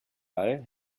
ball